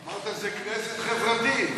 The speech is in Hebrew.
אמרת שזאת כנסת חברתית.